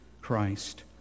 Christ